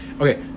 Okay